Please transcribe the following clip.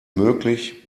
möglich